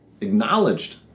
acknowledged